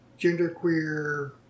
genderqueer